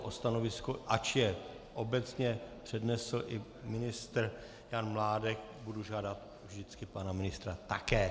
O stanovisko, ač je obecně přednesl i ministr Jan Mládek, budu žádat vždycky pana ministra také.